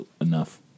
enough